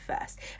first